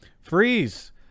Freeze